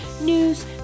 news